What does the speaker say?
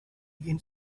again